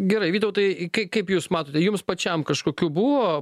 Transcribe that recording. gerai vytautai kai kaip jūs matote jums pačiam kažkokių buvo